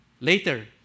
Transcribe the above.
Later